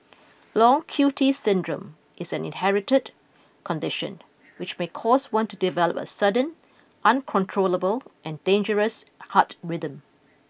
Long Q T syndrome is an inherited condition which may cause one to develop a sudden uncontrollable and dangerous heart rhythm